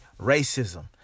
racism